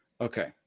Okay